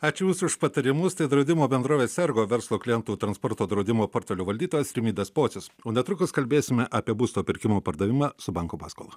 ačiū jums už patarimus tai draudimų bendrovės ergo verslo klientų transporto draudimo portfelio valdytojas rimvydas pocius o netrukus kalbėsime apie būsto pirkimą pardavimą su banko paskola